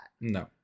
No